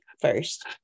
first